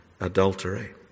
adultery